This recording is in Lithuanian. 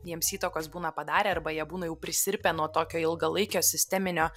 jiems įtakos būna padarę arba jie būna jau prisirpę nuo tokio ilgalaikio sisteminio